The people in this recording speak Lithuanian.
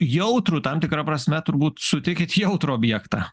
jautrų tam tikra prasme turbūt sutikit jautrų objektą